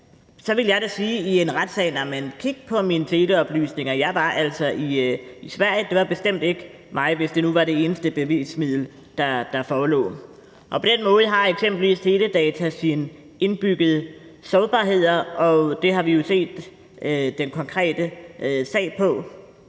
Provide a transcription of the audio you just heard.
så ville jeg da sige i en retssag: Kig på mine teleoplysninger; jeg var altså i Sverige, det var bestemt ikke mig. Altså hvis det nu var det eneste bevismiddel, der forelå. På den måde har eksempelvis teledata sine indbyggede sårbarheder, og det har vi jo set i den konkrete sag.